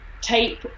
tape